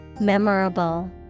Memorable